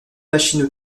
machines